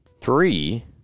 three